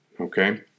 Okay